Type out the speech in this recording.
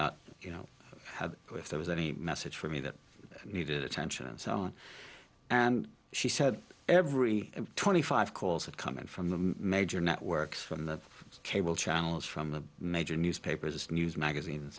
out you know if there was any message for me that needed attention and so on and she said every twenty five calls that come in from the major networks from the cable channels from the major newspapers news magazines